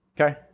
Okay